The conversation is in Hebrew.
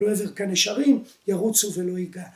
‫לעבר כאן נשארים, ירוצו ולא ייגענו.